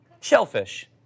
Shellfish